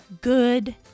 good